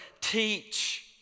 teach